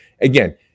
Again